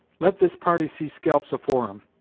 let this party see scalps afore em,